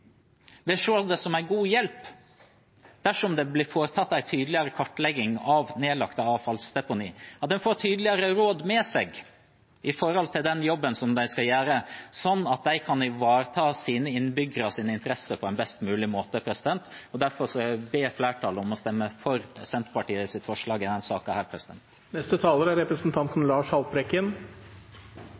det som en god hjelp dersom det blir foretatt en tydeligere kartlegging av nedlagte avfallsdeponi, at de får tydeligere råd med seg i den jobben de skal gjøre, slik at de kan ivareta sine innbyggeres interesser på en best mulig måte. Derfor ber jeg flertallet om å stemme for Senterpartiets forslag i denne saken. Tidligere tiders miljøsynder skaper store problemer for oss i dag. Det er